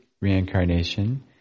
reincarnation